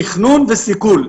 תכנון וסיכול.